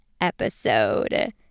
episode